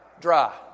Dry